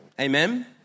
Amen